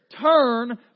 Turn